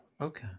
Okay